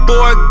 Boy